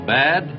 bad